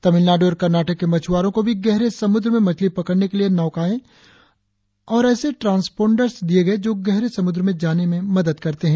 तामिलनाडु और कर्नाटक के मछुआरों को भी गहरे समुद्र में मछली पकड़ने वाली नौकाएं और ऐसे ट्रांसपोंड्स दिए गए जो गहरे समुद्र में जाने में मदद करते हैं